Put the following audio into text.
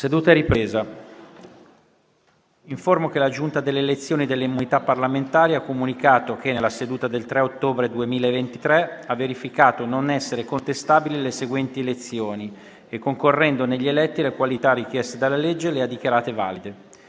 nuova finestra"). Informo che la Giunta delle elezioni e delle immunità parlamentari ha comunicato che nella seduta del 3 ottobre 2023 ha verificato non essere contestabili le seguenti elezioni e, concorrendo negli eletti le qualità richieste dalla legge, le ha dichiarate valide: